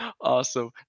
Awesome